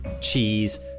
cheese